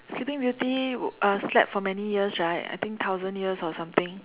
sleeping beauty uh slept for many years right I think thousand years or something